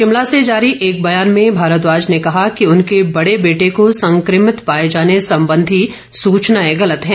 शिमला से जारी एक बयान में भारद्वाज ने कहा कि उनके बड़े बेटे को संकभित पाए जाने संबंधी सूचनाएं गलत है